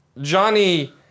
Johnny